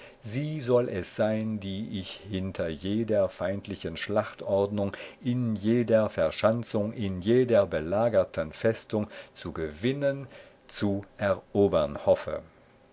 sie soll es sein die ich hinter jeder feindlichen schlachtordnung in jeder verschanzung in jeder belagerten festung zu gewinnen zu erobern hoffe